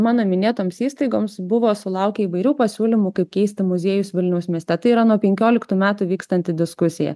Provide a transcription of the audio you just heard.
mano minėtoms įstaigoms buvo sulaukę įvairių pasiūlymų kaip keisti muziejus vilniaus mieste tai yra nuo penkioliktų metų vykstanti diskusija